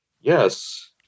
Yes